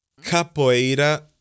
capoeira